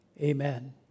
amen